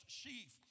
sheaf